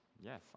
yes